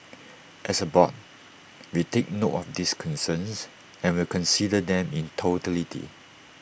as A board we take note of these concerns and will consider them in totality